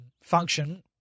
function